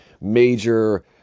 major